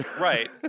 Right